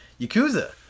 Yakuza